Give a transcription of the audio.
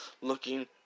looking